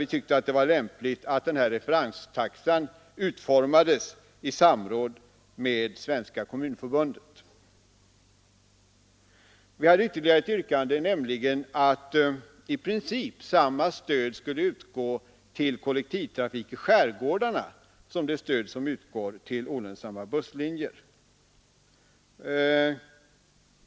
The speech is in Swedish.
Vi tycker att det vore lämpligt att referenstaxan utformades i samråd med Svenska kommunförbundet. Ytterligare ett reservationsyrkande går ut på att i princip samma stöd skulle utgå till kollektivtrafik i skärgårdarna som det stöd som utgår till olönsamma busslinjer.